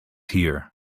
here